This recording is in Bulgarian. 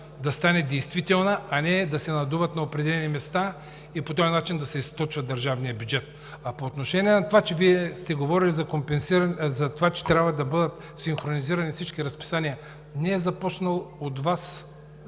да стане действителна, а не да се надуват на определени места и по този начин да се източва държавният бюджет. А по отношение на това, че Вие сте говорили, че трябва да бъдат синхронизирани всички разписания, не е започнал от Вас